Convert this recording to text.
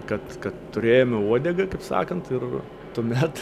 kad kad turėjome uodegą kaip sakant ir tuomet